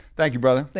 thank you, brother.